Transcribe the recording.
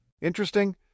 Interesting